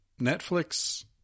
Netflix